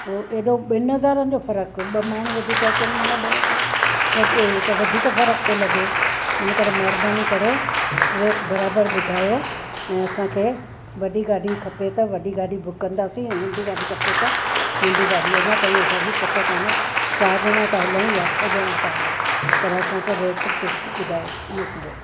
पोइ एॾो ॿिनि हज़ारनि जो फ़र्क़ु ॿ माण्हूं वधीक अचनि माना ॿ हज़ार त वधीक फ़र्क़ु थो लॻे हिन करे महिरबानी करे रेट बराबरि ॿुधायो ऐं असांखे वॾी गाॾी खपे त वॾी गाॾी बुक कंदासी ऐं नंढी गाॾी खपे त नंढी गाॾीअ जा तईं असांजी पकु कान्हे चारि ॼणा था हलूं या छह ॼणा था हलूं पर असांखे रेट फिक्स ॿुधाए मोकिलियो